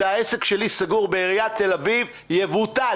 והעסק שלי סגור בעיריית תל אביב יבוטל,